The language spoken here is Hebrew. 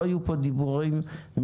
לא יהיו פה דיבורים מיותרים.